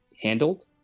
handled